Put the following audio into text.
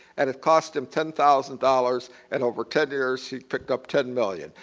and it cost him ten thousand dollars and over ten years, he picked up ten million.